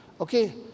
Okay